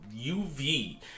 UV